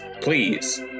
please